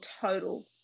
total